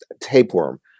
tapeworm